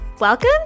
Welcome